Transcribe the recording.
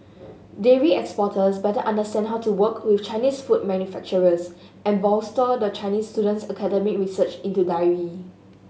dairy exporters better understand how to work with Chinese food manufacturers and bolster the Chinese student's academic research into dairy